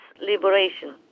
liberation